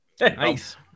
Nice